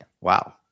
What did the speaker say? wow